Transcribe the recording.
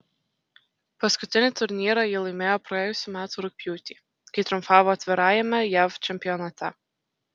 paskutinį turnyrą ji laimėjo praėjusių metų rugpjūtį kai triumfavo atvirajame jav čempionate